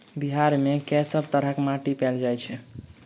बिहार मे कऽ सब तरहक माटि पैल जाय छै?